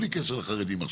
בלי קשר לחרדים.